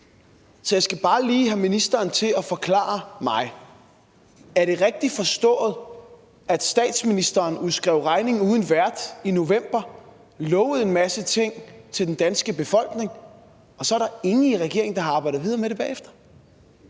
Så jeg skal bare lige have ministeren til at forklare mig: Er det rigtigt forstået, at statsministeren udskrev regning uden vært i november, lovede en masse ting til den danske befolkning, og at der så ikke er nogen i regeringen, der har arbejdet videre med det bagefter?